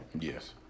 Yes